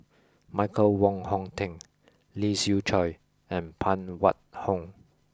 Michael Wong Hong Teng Lee Siew Choh and Phan Wait Hong